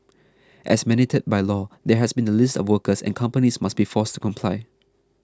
as mandated by law there has to be a list of workers and companies must be forced to comply